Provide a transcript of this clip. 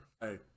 hey